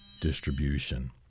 distribution